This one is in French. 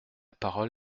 parole